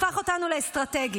והפך אותו לאסטרטגי.